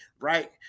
right